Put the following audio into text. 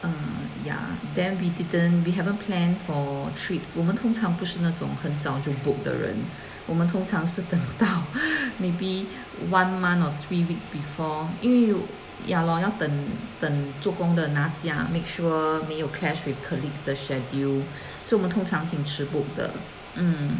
err ya then we didn't we haven't plan for trips 我们通常不是那种很早就 book 的人我们通常是等到 maybe one month or three weeks before 应为 ya lor 要等等做工的拿假要 make sure 没有 clash with colleagues 的 schedule 所以我们通常挺迟 book 的 mm